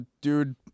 Dude